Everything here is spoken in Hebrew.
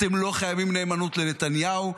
אתם לא חייבים נאמנות לנתניהו.